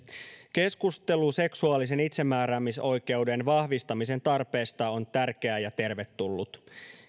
keskustelu seksuaalisen itsemääräämisoikeuden vahvistamisen tarpeesta on tärkeä ja tervetullut